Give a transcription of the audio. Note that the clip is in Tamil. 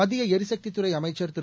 மத்தியஎரிசக்தித் துறைஅமைச்சர் திரு